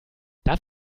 darf